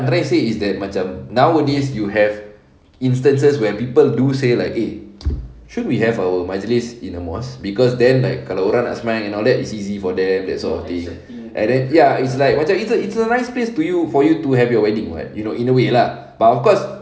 I'm trying to say is that macam nowadays you have instances where people do say like eh should we have our majlis in a mosque cause then like orang nak sembahyang and all that it's easy for them that sort of thing and then ya it's like macam it's a it's a nice place to you for you to have your wedding [what] you know in a way lah but of course